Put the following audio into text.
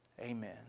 Amen